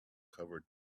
covered